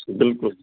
बिल्कुलु